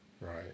right